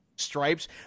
stripes